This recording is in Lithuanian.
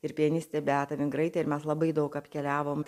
ir pianiste beata vingraite ir mes labai daug apkeliavom